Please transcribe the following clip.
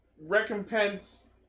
recompense